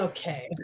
Okay